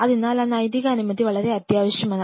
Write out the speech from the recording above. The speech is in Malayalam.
അതിനാൽ ആ നൈതിക അനുമതി വളരെ അത്യാവശ്യമാണ്